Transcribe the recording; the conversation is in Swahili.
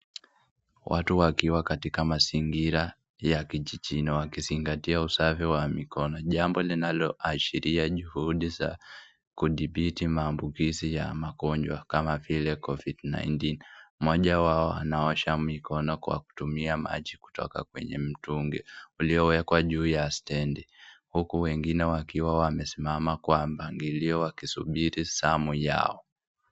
Watu wakiwa katika mazingira ya kijijini wakizingatia usafi wa mikono jambo linaloashiria juhudi za kudhibiti maambukizi ya magonjwa kama vile COVID-19 , mmoja wao anaosha mikono kwa kutumia maji kutoka kwenye mtungi uliyowekwa juu ya stendi huku wengine wakiwa wamesimama kwa mpangilio wakisubiri zamu yao.